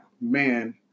man